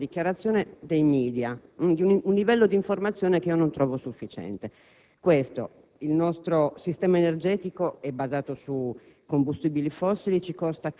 alla mercé di un'opinione, di una dichiarazione dei *media* e di un livello di informazione che trovo insufficiente. Il nostro sistema energetico è basato su